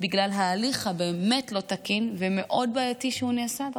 בגלל ההליך הבאמת לא תקין ומאוד בעייתי שהוא נעשה דרכו,